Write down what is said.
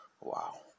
wow